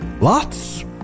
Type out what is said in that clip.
lots